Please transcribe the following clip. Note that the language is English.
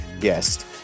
guest